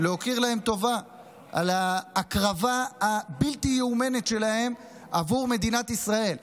להכיר להם טובה על ההקרבה הבלתי-תיאמן שלהם עבור מדינת ישראל.